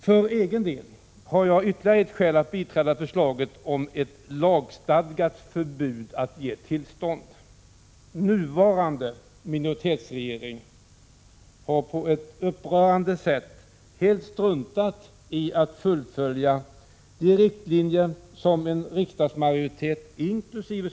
För egen del har jag ytterligare ett skäl att biträda förslaget om ett lagstadgat förbud att ge tillstånd. Nuvarande minoritetsregering har på ett upprörande sätt helt struntat i att fullfölja de riktlinjer som en riksdagsmajoritet inkl.